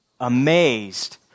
amazed